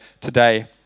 today